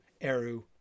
Eru